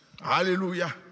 hallelujah